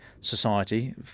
society